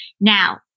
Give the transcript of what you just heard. Now